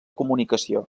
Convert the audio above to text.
comunicació